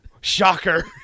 Shocker